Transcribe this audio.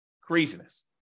Craziness